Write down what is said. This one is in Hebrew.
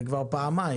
זה כבר פעמיים.